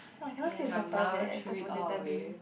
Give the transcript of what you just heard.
!woah! I cannot sleep with soft toys eh except for teletubby